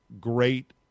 great